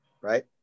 right